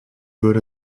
würde